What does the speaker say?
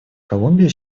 колумбия